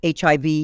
hiv